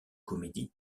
comédies